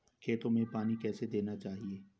खेतों में पानी कैसे देना चाहिए?